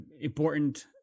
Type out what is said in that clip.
important